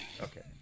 Okay